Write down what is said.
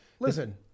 Listen